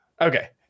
okay